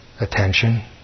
attention